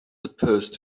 supposed